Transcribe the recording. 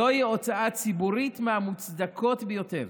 זוהי הוצאה ציבורית מהמוצדקות ביותר.